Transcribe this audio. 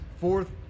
Fourth